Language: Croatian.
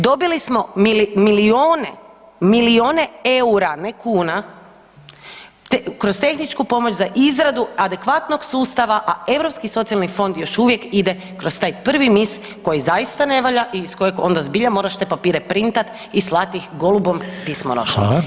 Dobili smo milijuna, milijune EUR-a, ne kuna, kroz tehničku pomoć za izradu adekvatnog sustava, a Europski socijalni fond još uvijek ide kroz taj prvi MIS koji zaista ne valja i iz kojeg onda zbilja moraš te papire printat i slat ih golubom pismonošom.